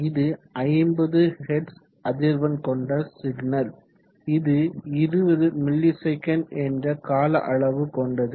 இது 50 ஹெர்ட்ஸ் அதிர்வெண் கொண்ட சிக்னல் இது 20 ms என்ற கால அளவு கொண்டது